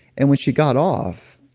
and when she got off,